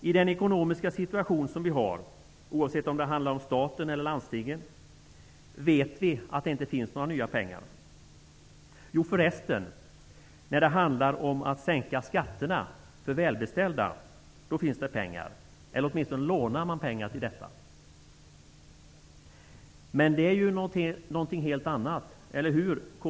I den ekonomiska situation som vi har, oavsett om det handlar om staten eller landstingen, vet vi att det inte finns några nya pengar. Jo förresten, när det handlar om att sänka skatterna för välbeställda finns det pengar, eller åtminstone lånar man pengar till detta. Men det är ju något helt annat, eller hur kds?